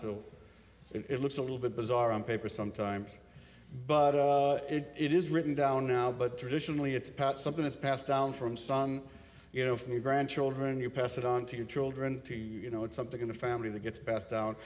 so it looks a little bit bizarre on paper sometimes but it is written down but traditionally it's part something that's passed down from son you know from your grandchildren you pass it on to your children you know it's something in the family that gets passed down